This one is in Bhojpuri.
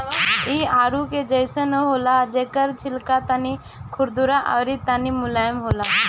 इ आडू के जइसन होला जेकर छिलका तनी खुरदुरा अउरी तनी मुलायम होला